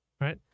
right